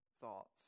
thoughts